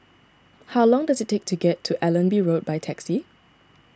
how long does it take to get to Allenby Road by taxi